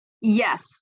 Yes